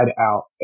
out